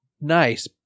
nice